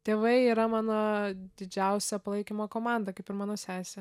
tėvai yra mano didžiausia palaikymo komanda kaip ir mano sesė